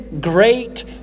great